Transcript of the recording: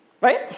right